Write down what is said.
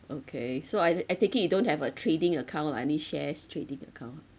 okay so I I take it you don't have a trading account lah any shares trading account ah